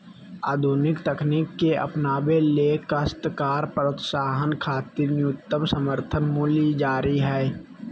आधुनिक तकनीक के अपनावे ले काश्तकार प्रोत्साहन खातिर न्यूनतम समर्थन मूल्य जरूरी हई